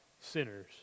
sinners